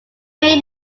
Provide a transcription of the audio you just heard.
may